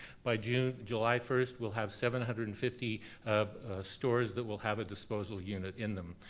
by july july first, we'll have seven hundred and fifty stores that will have a disposal unit in them.